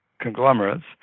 conglomerates